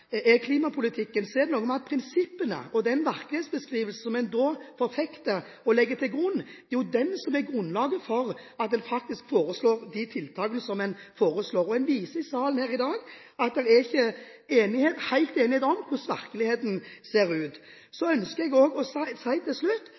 er klimapolitikken, er det noe med at de prinsippene og den virkelighetsbeskrivelsen som en da forfekter og legger til grunn, jo er det som er grunnlaget for at en faktisk foreslår de tiltakene som en foreslår. En viser i salen her i dag at det er ikke helt enighet om hvordan virkeligheten ser ut. Så